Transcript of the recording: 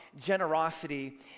generosity